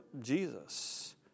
Jesus